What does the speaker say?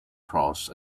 cross